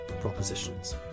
propositions